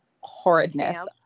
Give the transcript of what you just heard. horridness